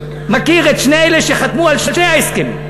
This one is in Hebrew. מכיר את שני אלה שחתמו על שני ההסכמים,